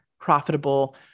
profitable